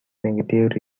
negative